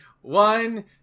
One